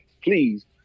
please